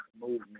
movement